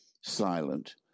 silent